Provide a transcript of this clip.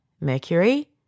Mercury